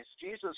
Jesus